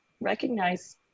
recognize